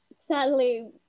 sadly